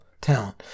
town